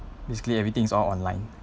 basically everything's all online